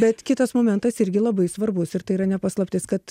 bet kitas momentas irgi labai svarbus ir tai yra ne paslaptis kad